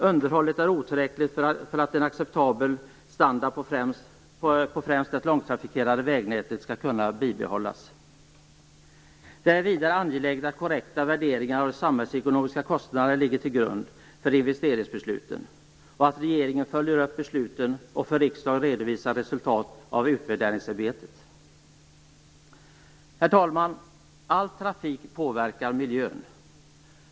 Underhållet är otillräckligt för att en acceptabel standard på främst det lågtrafikerade vägnätet skall kunna bibehållas. Det är vidare angeläget att korrekta värderingar av samhällsekonomiska kostnader ligger till grund för investeringsbesluten och att regeringen följer upp besluten och för riksdagen redovisar resultat av utvärderingsarbetet. Herr talman! All trafik påverkar miljön.